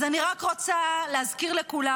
אז אני רק רוצה להזכיר לכולם,